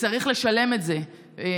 וצריך לשלם את זה רטרואקטיבית,